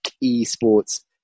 e-sports